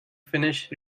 finished